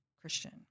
Christian